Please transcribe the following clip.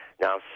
Now